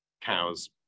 cows